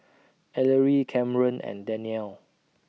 Ellery Camren and Danyell